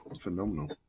phenomenal